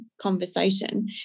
conversation